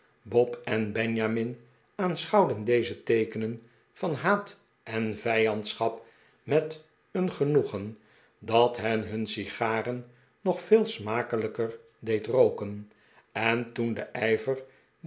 bob en benjamin aanschouwden deze teekenen van ha'at en vijandschap met een genoegen dat hen hun sigaren nog veel smakelijker deed rooken en toen de